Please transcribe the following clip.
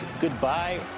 Goodbye